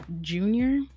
junior